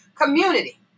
community